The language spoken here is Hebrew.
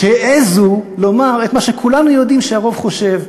שהעזו לומר את מה שכולנו יודעים שהרוב חושב.